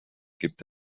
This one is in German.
gibt